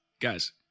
guys